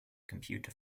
computer